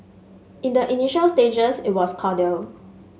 in the initial stages it was cordial